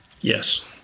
Yes